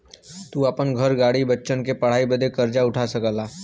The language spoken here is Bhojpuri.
तू आपन घर, गाड़ी, बच्चन के पढ़ाई बदे कर्जा उठा सकला